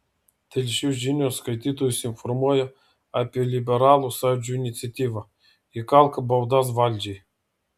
telšių žinios skaitytojus informuoja apie liberalų sąjūdžio iniciatyvą įkalk baudas valdžiai